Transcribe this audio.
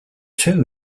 too